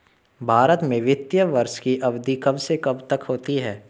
भारत में वित्तीय वर्ष की अवधि कब से कब तक होती है?